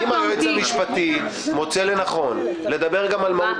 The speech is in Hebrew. אם היועץ המשפטי מוצא לנכון לדבר על מהות